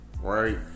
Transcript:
right